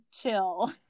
chill